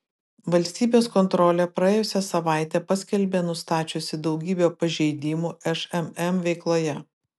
valstybės kontrolė praėjusią savaitę paskelbė nustačiusi daugybę pažeidimų šmm veikloje